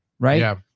Right